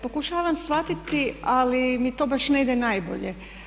Pokušavam shvatiti, ali mi to baš ne ide najbolje.